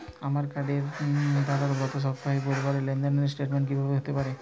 আমার কার্ডের দ্বারা গত সপ্তাহের বুধবারের লেনদেনের স্টেটমেন্ট কীভাবে হাতে পাব?